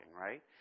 right